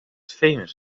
famous